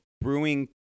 brewing